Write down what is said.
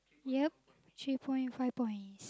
ya three point and five point